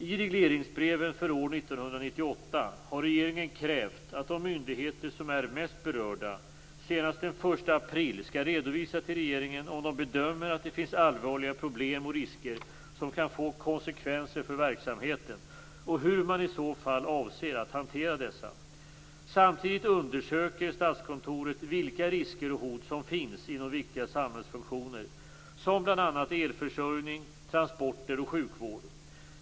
I regleringsbreven för år 1998 har regeringen krävt att de myndigheter som är mest berörda senast den 1 april skall redovisa till regeringen om de bedömer att det finns allvarliga problem och risker som kan få konsekvenser för verksamheten och hur man i så fall avser att hantera dessa. Samtidigt undersöker Statskontoret vilka risker och hot som finns inom viktiga samhällsfunktioner som bl.a. elförsörjning, transporter och sjukvård.